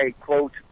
quote